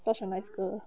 what a nice girl